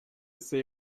sei